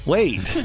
Wait